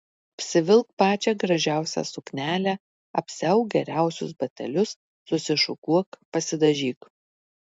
apsivilk pačią gražiausią suknelę apsiauk geriausius batelius susišukuok pasidažyk